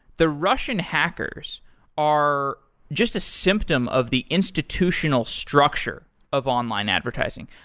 the russian hackers are just a symptom of the institutional structure of online advertising.